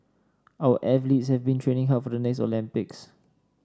our athletes have been training hard for the next Olympics